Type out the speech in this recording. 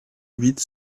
huit